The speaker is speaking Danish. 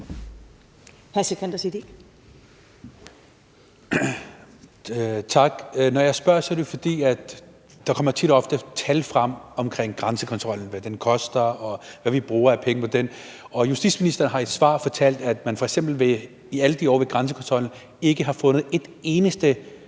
Tak. Når jeg spørger, er det, fordi der tit og ofte kommer tal frem om grænsekontrollen, i forhold til hvad den koster, og hvad vi bruger af penge på den. Justitsministeren har i et svar fortalt, at man f.eks. i alle de år ved grænsekontrollen ikke har fundet et eneste